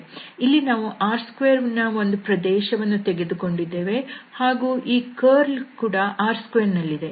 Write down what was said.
ಇಲ್ಲಿ ನಾವು R2ನ ಒಂದು ಪ್ರದೇಶ ವನ್ನು ತೆಗೆದುಕೊಂಡಿದ್ದೇವೆ ಹಾಗೂ ಈ ಕರ್ಲ್ ಕೂಡ R2ನಲ್ಲಿದೆ